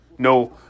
No